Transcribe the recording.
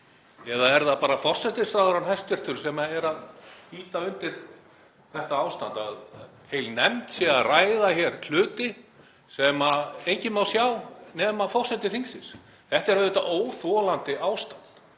Eða er það bara hæstv. forsætisráðherra sem er að ýta undir þetta ástand, að heil nefnd sé að ræða hér hluti sem enginn má sjá nema forseti þingsins? Þetta er auðvitað óþolandi ástand.